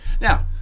Now